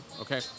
okay